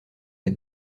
des